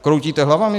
Kroutíte hlavami?